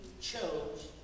chose